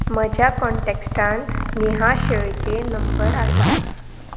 म्हज्या कॉन्टेक्स्टांत नेहा शेळके नंबर आसा